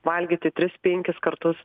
valgyti tris penkis kartus